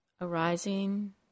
arising